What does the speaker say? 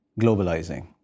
globalizing